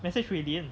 message wei lian